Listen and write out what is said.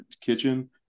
kitchen